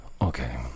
Okay